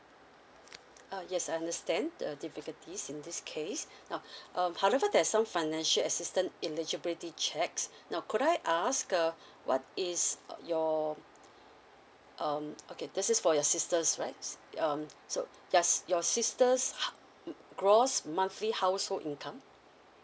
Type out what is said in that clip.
uh yes I understand the difficulties in this case now um however there's some financial assistance eligibility checks now could I ask uh what is your um okay this is for your sisters right um so does your sister's ha~ mm gross monthly household income